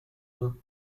main